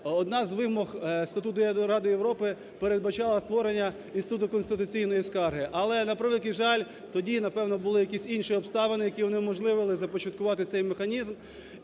Одна з вимог Статуту Ради Європи передбачала створення Інституту конституційної скарги. Але, на превеликий жаль, тоді напевно були якісь інші обставини, які унеможливили започаткувати цей механізм.